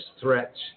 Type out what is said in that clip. threats